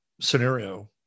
scenario